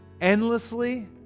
Endlessly